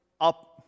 up